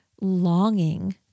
longing